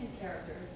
characters